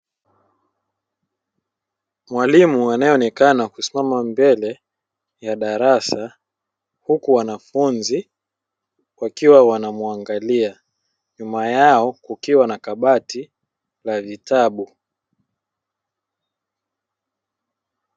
Mwalimu anayeonekana kusimama mbele ya darasa huku wanafunzi wakiwa wanamwangalia nyuma yao kukiwa na kabati la vitabu.